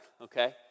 okay